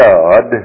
God